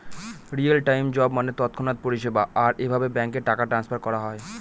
real time job মানে তৎক্ষণাৎ পরিষেবা, আর এভাবে ব্যাঙ্কে টাকা ট্রান্সফার করা হয়